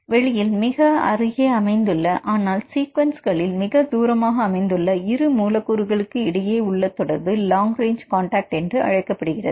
வெளியில் மிக அருகே அமைந்துள்ள ஆனால் சீக்வென்ஸ்கள்களில் மிக தூரமாக அமைந்துள்ள இரு மூலக்கூறுகளுக்கு இடையே உள்ள தொடர்பு லாங்க் ரேஞ்ச் காண்டாக்ட் என்று அழைக்கப்படுகிறது